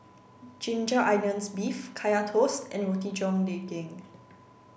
ginger onions beef kaya toast and Roti John Daging